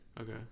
okay